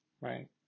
Right